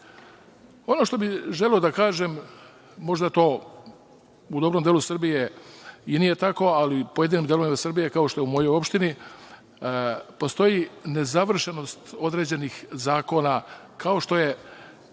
što bi želeo da kažem, možda to u dobrom delu Srbije i nije tako, ali u pojedinim delovima Srbije, kao što je u mojoj opštini, postoji nezavršenost određenih zakona, kao što je